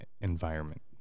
environment